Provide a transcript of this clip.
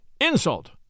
Insult